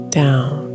down